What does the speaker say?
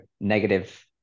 negative